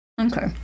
Okay